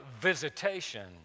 visitation